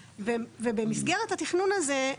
ובמסגרת התכנון הזה,